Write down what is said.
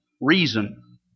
reason